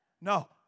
No